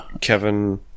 Kevin